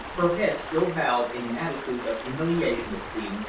her head still bowed in an attitude of humiliation, it seemed,